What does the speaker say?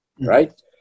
right